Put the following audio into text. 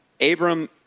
Abram